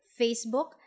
Facebook